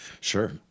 Sure